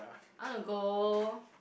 I wanna go